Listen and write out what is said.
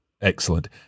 Excellent